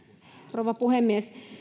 rouva puhemies